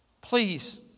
Please